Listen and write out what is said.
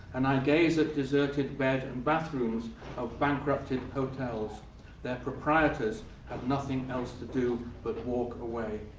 and i gaze at deserted bed and bathrooms of bankrupted hotels their proprietors had nothing else to do but walk away.